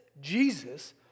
Jesus